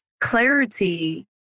clarity